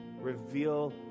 Reveal